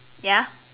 ya